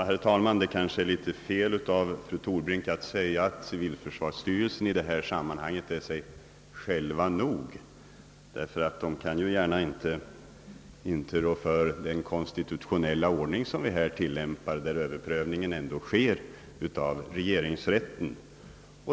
Herr talman! Det är kanske litet fel när fru Torbrink säger att civilförsvarsstyrelsen i detta sammanhang är sig själv nog — styrelsen kan ju inte gärna ha någon skuld till den konstitutionella ordning som vi här tillämpar och som dock innebär att överprövningen görs av regeringsrätten.